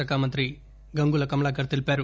శాఖ మంత్రి గంగుల కమలాకర్ తెలిపారు